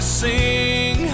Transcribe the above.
sing